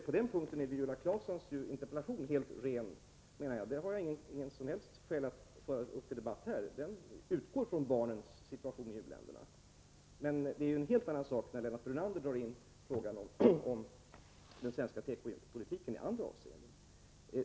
På den punkten är Viola Claessons interpellation helt ren, det har jag inga som helst skäl att föra upp till debatt här. Den utgår från barnens situation i u-länderna. Men det är en helt annan sak när Lennart Brunander för in frågan om den svenska tekopolitiken i andra avseenden.